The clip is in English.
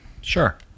sure